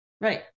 Right